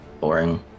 Boring